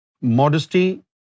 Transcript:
Modesty